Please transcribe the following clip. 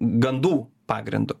gandų pagrindu